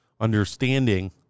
understanding